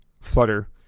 Flutter